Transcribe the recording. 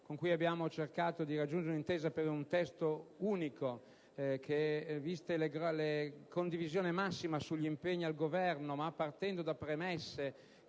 con cui abbiamo cercato di raggiungere un'intesa per un testo unico che ha visto la condivisione massima sugli impegni al Governo, ma partendo da premesse